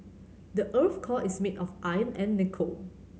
the earth's core is made of iron and nickel